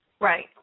Right